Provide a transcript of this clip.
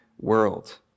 world